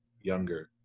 younger